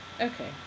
Okay